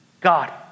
God